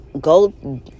go